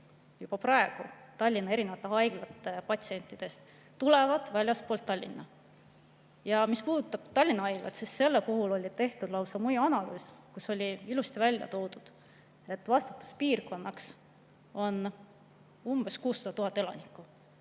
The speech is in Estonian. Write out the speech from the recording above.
juba praegu 50% Tallinna erinevate haiglate patsientidest väljastpoolt Tallinna. Mis puudutab Tallinna Haiglat, siis selle puhul oli tehtud lausa mõjuanalüüs, kus oli ilusti välja toodud, et selle vastutuspiirkonnas on umbes 600 000 elanikku: